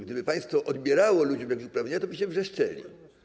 Gdyby państwo odbierało ludziom jakieś uprawnienia, to byście wrzeszczeli.